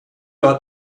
ought